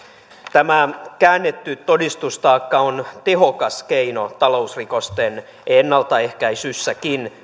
tämä käännetty todistustaakka on tehokas keino talousrikosten ennaltaehkäisyssä